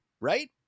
right